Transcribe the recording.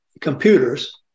computers